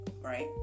Right